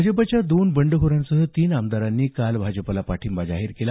भाजपच्या दोन बंडखोरांसह तीन आमदारांनी काल भाजपला पाठिंबा जाहीर केला